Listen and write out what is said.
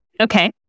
Okay